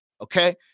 okay